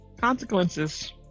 consequences